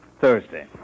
Thursday